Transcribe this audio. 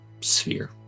sphere